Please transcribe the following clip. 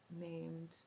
named